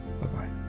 bye-bye